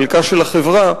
חלקה של החברה,